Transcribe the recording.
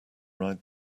ride